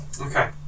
Okay